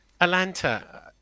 Atlanta